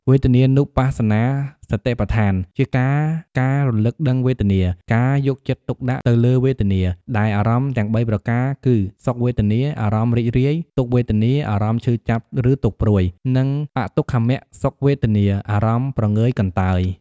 វេទនានុបស្សនាសតិប្បដ្ឋាន ជាការការរលឹកដឹងវេទនា ការយកចិត្តទុកដាក់ទៅលើវេទនា ដែលអារម្មណ៍ទាំងបីប្រការគឺ សុខវេទនា អារម្មណ៍រីករាយ ទុក្ខវេទនា អារម្មណ៍ឈឺចាប់ឬទុក្ខព្រួយ និង អទុក្ខមសុខវេទនា អារម្មណ៍ព្រងើយកន្តើយ។